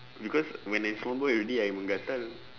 because when I small boy already I menggatal